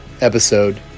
episode